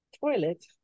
toilet